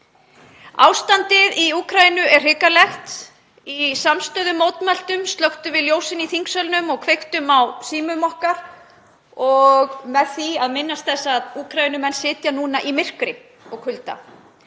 Ástandið í Úkraínu er hrikalegt. Í samstöðumótmælum slökktum við ljósin í þingsalnum og kveiktum á símum okkar og minntumst þess að Úkraínumenn sitja núna í myrkri og kulda.